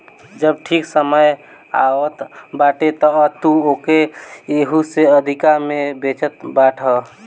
जब ठीक समय आवत बाटे तअ तू ओके एहू से अधिका में बेचत बाटअ